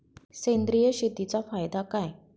सेंद्रिय शेतीचा फायदा काय?